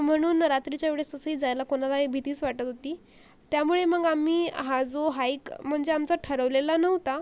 म्हणून रात्रीच्या वेळेस असंही जायला कोणालाही भीतीच वाटत होती त्यामुळे मग आम्ही हा जो हाईक म्हणजे आमचं ठरवलेला नव्हता